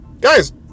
Guys